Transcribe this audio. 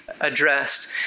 addressed